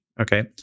Okay